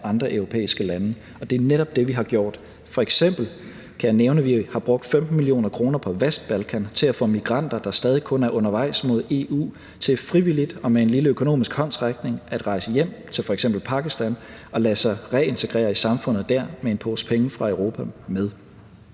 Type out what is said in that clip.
andre europæiske lande, og det er netop det, vi har gjort. F.eks. kan jeg nævne, at vi har brugt 15 mio. kr. på Vestbalkan til at få migranter, der stadig kun er undervejs mod EU, til frivilligt og med en lille økonomisk håndsrækning at rejse hjem, f.eks. til Pakistan, og lade sig reintegrere i samfundet der, med en pose penge fra Europa i